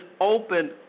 open